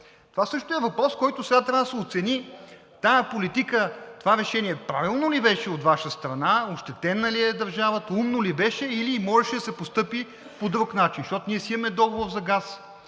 Това също е въпрос, който сега трябва да се оцени тази политика, това решение правилно ли беше от Ваша страна, ощетена ли е държавата, умно ли беше, или можеше да се постъпи по друг начин? Защото ние си имаме договор за газ,